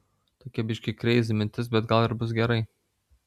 tokia biškį kreizi mintis bet gal ir bus gerai